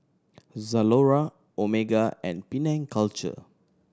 Zalora Omega and Penang Culture